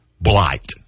blight